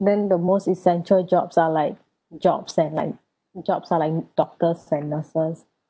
then the most essential jobs are like jobs and like jobs are like doctors and nurses